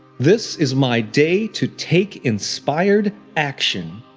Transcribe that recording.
this is my day to take inspired action.